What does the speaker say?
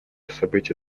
событие